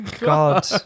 God